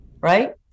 right